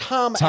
Tom